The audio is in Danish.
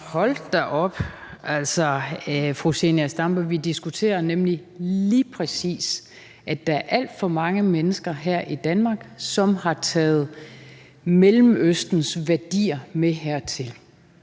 Hold da op. Fru Zenia Stampe, vi diskuterer nemlig lige præcis, at der er alt for mange mennesker her i Danmark, som har taget Mellemøstens værdier med hertil,